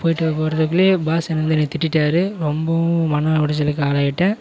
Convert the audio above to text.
போய்ட்டு போகிறதுக்குள்ளயே பாஸு என்னை வந்து என்னை திட்டிவிட்டாரு ரொம்பவும் மன உளைச்சலுக்கு ஆளாகிட்டேன்